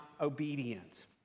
obedient